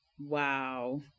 Wow